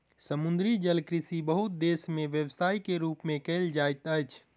समुद्री जलकृषि बहुत देस में व्यवसाय के रूप में कयल जाइत अछि